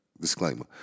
Disclaimer